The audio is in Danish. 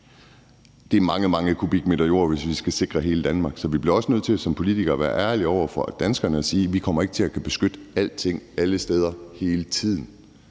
tale om mange, mange kubikmeter jord, hvis vi skal sikre hele Danmark. Så vi bliver også nødt til som politikere at være ærlige over for danskerne og sige: Vi kommer ikke til at kunne beskytte alting alle steder hele tiden,